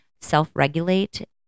self-regulate